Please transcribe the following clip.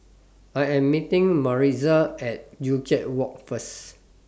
I Am meeting Maritza At Joo Chiat Walk First